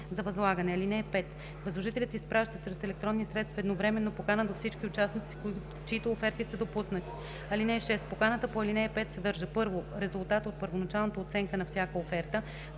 (5) Възложителят изпраща чрез електронни средства едновременно покана до всички участници, чиито оферти са допуснати. (6) Поканата по ал. 5 съдържа: 1. резултата от първоначалната оценка на всяка оферта;